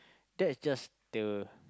that is just the